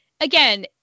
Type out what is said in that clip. Again